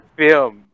film